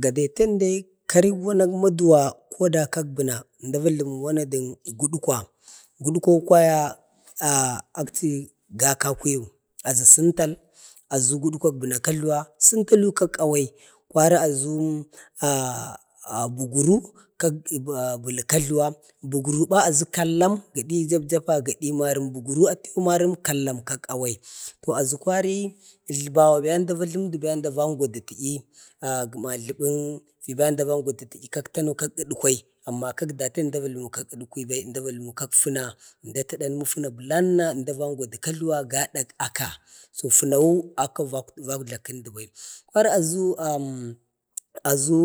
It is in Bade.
gade kəndai karek maduwa koda kak bəna əmda vajləmək wana də gudkwa. gudkwa ko kwaya ah akchi go kakwuyuk, aʒu səntal, aʒu gudkwak bəna kajluwa, səntəlu kak awai, kwari aʒu ah ah buguru kak ah balu kajluwan. buguru ba aʒu kallam, gadi japjapa, gadi marəm. buguru atu marəm kallam kak awai. aʒu kwari ətlbawo be ənda van jləmədu, va əngwadu tə'yi kak tanu kak duwhai, amma əda vajləmə kak fəna. ʒmda tan na dalmu funa bəlanna, ənda varəngwadu kajluwa gadak aka. fənawu aka va ugjla kəndə bai. kwar aʒu alim, aʒu